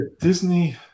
Disney